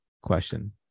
question